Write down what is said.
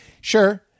sure